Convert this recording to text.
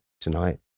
tonight